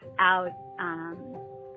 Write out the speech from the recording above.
out